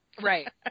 right